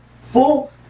full